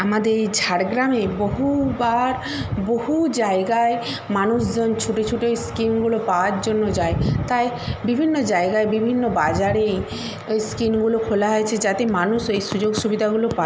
আমাদের এই ঝাড়গ্রামে বহুবার বহু জায়গায় মানুষজন ছুটে ছুটে ওই স্কিমগুলো পাওয়ার জন্য যায় তাই বিভিন্ন জায়গায় বিভিন্ন বাজারেই ওই স্কিমগুলো খোলা হয়েছে যাতে মানুষ ওই সুযোগ সুবিধাগুলো পায়